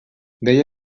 deia